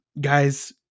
guys